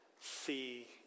see